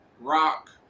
rock